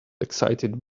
excited